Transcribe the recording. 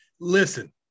Listen